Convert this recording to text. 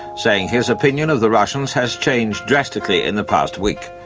saying his opinion of the russians has changed drastically in the past week.